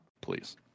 please